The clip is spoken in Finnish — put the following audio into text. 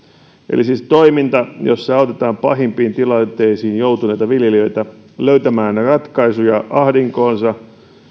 eli siis toiminta jossa autetaan pahimpiin tilanteisiin joutuneita viljelijöitä löytämään ratkaisuja ahdinkoonsa